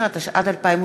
13), התשע"ד 2013,